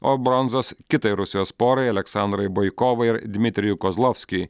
o bronzos kitai rusijos porai aleksandrai baikovai ir dmitrijui kozlovskiui